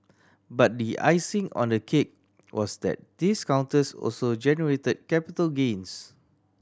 but the icing on the cake was that these counters also generated capital gains